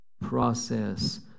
process